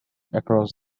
across